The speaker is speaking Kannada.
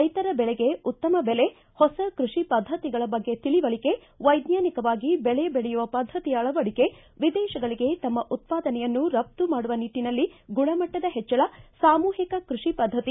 ರೈತರ ಬೆಳೆಗೆ ಉತ್ತಮ ಬೆಲೆ ಹೊಸ ಕೃಷಿ ಪದ್ದತಿಗಳ ಬಗ್ಗೆ ತಿಳವಳಕೆ ವೈಜ್ವಾನಿಕವಾಗಿ ಬೆಳೆ ಬೆಳೆಯುವ ಪದ್ದತಿಯ ಅಳವಡಿಕೆ ವಿದೇಶಗಳಿಗೆ ತಮ್ಮ ಉತ್ವಾದನೆಯನ್ನು ರಪ್ತು ಮಾಡುವ ನಿಟ್ಟನಲ್ಲಿ ಗುಣಮಟ್ಟದ ಹೆಚ್ಚಳ ಸಾಮೂಹಿಕ ಕೃಷಿ ಪದ್ದತಿ